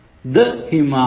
The Himalayas look splendid